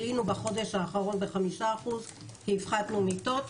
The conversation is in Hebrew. עלינו בחודש האחרון ב-5% כי הפחתנו מיטות.